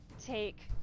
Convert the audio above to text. take